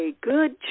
good